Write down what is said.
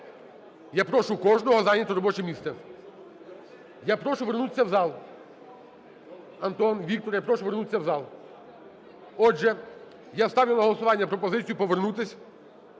Я прошу кожного зайняти робоче місце. Я прошу вернуться в зал. Антоне, Вікторе, я прошу вернутися в зал. Отже, я ставлю на голосування пропозицію повернутись